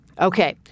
Okay